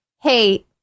hey